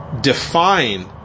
define